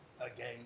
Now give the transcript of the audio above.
again